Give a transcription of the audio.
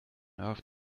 earth